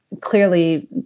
clearly